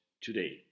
today